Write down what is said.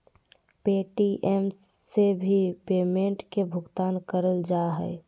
Paytm से भी payment के भुगतान करल जा हय